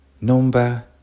number